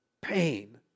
pain